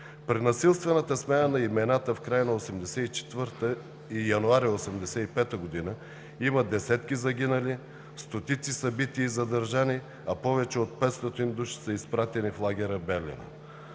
При насилствената смяна на имената в края на 1984 г. и през месец януари 1985 г. има десетки загинали, стотици са бити и задържани, а повече от 500 души са изпратени в лагера „Белене“.